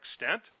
extent